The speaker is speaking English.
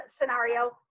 scenario